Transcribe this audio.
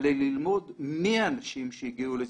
אלא ללמוד מי האנשים שהגיעו לזקנה,